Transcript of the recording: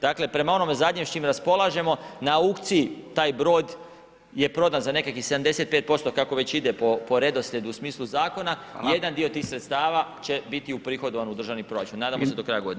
Dakle, prema onome zadnjem s čim raspolažemo na aukciji taj brod je prodan za nekakvih 75% kako već ide po redoslijedu u smislu zakona, jedan dio tih sredstava će biti uprihodavan u državni proračun, nadam se do kraja